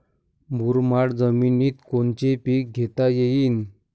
मुरमाड जमिनीत कोनचे पीकं घेता येईन?